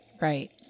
Right